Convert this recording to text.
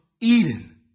Eden